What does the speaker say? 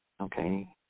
Okay